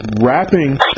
rapping